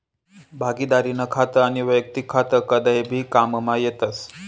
भागिदारीनं खातं आनी वैयक्तिक खातं कदय भी काममा येतस